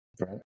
right